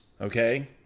okay